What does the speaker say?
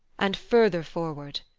and further forward!